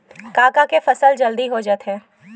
का का के फसल जल्दी हो जाथे?